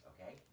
okay